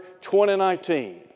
2019